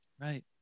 Right